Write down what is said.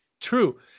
True